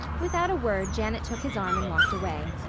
without a word janet took his arm and walked away.